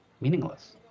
meaningless